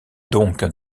donc